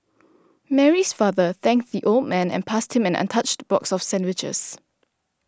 Mary's father thanked the old man and passed him an untouched box of sandwiches